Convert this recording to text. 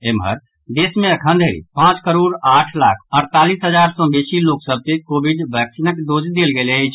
एम्हर देश मे अखन धरि पांच करोड़ आठ लाख अड़तालीस हजार सॅ बेसी लोकसभ के कोविड बैक्सीनक डोज देल गेल अछि